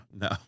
no